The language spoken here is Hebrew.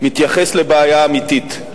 מתייחס לבעיה אמיתית.